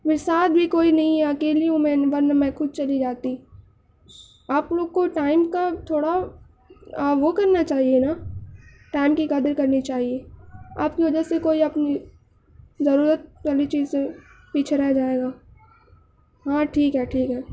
میرے ساتھ بھی کوئی نہیں ہے میں اکیلی ورنہ میں خود چلی جاتی آپ لوگ کو ٹائم کا تھوڑا وہ کرنا چاہیے نا ٹائم کی قدر کرنی چاہیے آپ کی وجہ سے کوئی اپنی ضرورت والی چیز سے پیچھے رہ جائے گا ہاں ٹھیک ہے ٹھیک ہے